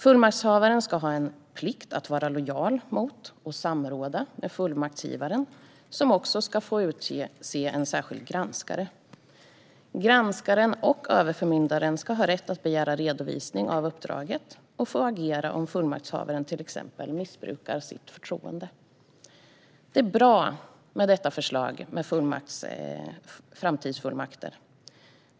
Fullmaktshavaren ska ha en plikt att vara lojal mot och samråda med fullmaktsgivaren, som också ska få utse en särskild granskare. Granskaren och överförmyndaren ska ha rätt att begära redovisning av uppdraget och få agera om fullmaktshavaren till exempel missbrukar sitt förtroende. Förslaget om framtidsfullmakter är bra.